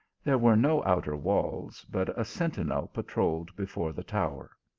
there were no outer walls, but a sentinel patrolled before the tower.